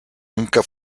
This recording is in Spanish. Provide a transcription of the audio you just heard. nunca